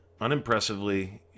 unimpressively